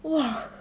!wah!